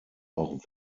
auch